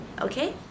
okay